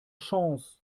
chance